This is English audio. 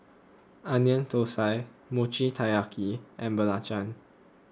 Onion Thosai Mochi Taiyaki and Belacan